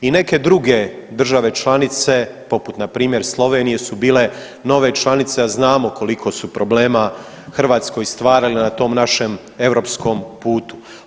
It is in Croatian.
I neke druge države članice poput npr. Slovenije su bile nove članice, a znamo koliko su problema Hrvatskoj stvarale na tom našem europskom putu.